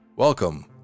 Welcome